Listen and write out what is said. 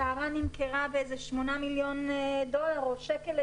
"טהרן" נמכרה באיזה 8 מיליון דולר או שקל,